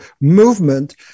movement